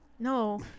No